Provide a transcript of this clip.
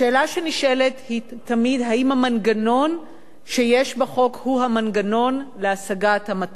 השאלה הנשאלת היא תמיד אם המנגנון שיש בחוק הוא המנגנון להשגת המטרה,